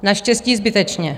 Naštěstí zbytečně.